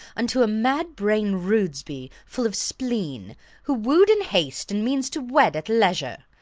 unto a mad-brain rudesby, full of spleen who woo'd in haste and means to wed at leisure.